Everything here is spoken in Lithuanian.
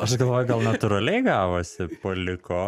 aš galvoju gal natūraliai gavosi paliko